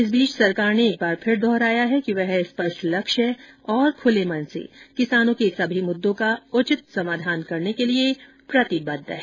इस बीच सरकार ने एक बार फिर दोहराया है कि वह स्पष्ट लक्ष्य और खुले मन से किसानों के सभी मुद्दों का उचित समाधान करने के लिए प्रतिबद्ध है